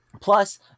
plus